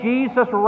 Jesus